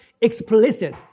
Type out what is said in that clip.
explicit